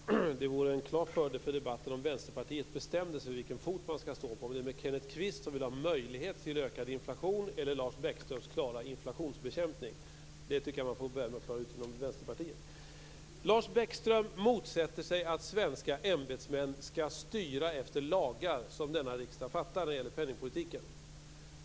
Fru talman! Det vore en klar fördel för debatten om man inom Vänsterpartiet bestämde sig för vilken fot man så att säga skall stå på: Kenneth Kvist som vill ha möjlighet till ökad inflation eller Lars Bäckströms klara inflationsbekämpning. Jag tycker att man får börja med att föra ut det inom Vänsterpartiet. Lars Bäckström motsätter sig att svenska ämbetsmän skall styra efter lagar som denna riksdag fattar när det gäller penningpolitiken.